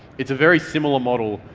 it's a very similar model,